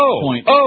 point